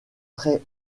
très